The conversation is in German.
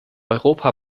europa